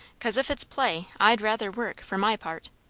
cause if it's play, i'd rather work, for my part.